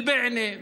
אל-בענה,